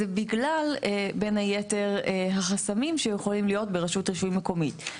זה בגלל בין היתר החסמים שיכולים להיות ברשות רישוי מקומית,